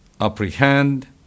apprehend